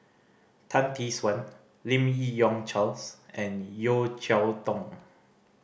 Tan Tee Suan Lim Yi Yong Charles and Yeo Cheow Tong